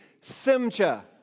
Simcha